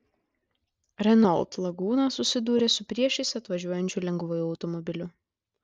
renault laguna susidūrė su priešais atvažiuojančiu lengvuoju automobiliu